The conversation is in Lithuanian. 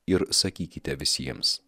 ir sakykite visiems